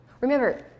Remember